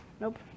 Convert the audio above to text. nope